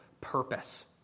purpose